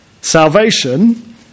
Salvation